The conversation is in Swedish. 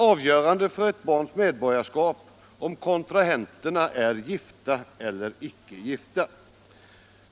Avgörande för ett barns medborgarskap är således om kontrahenterna är gifta eller icke gifta.